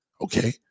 Okay